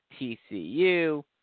TCU